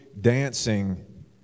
dancing